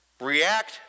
react